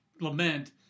lament